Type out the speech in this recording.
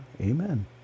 amen